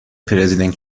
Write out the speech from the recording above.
پرزیدنت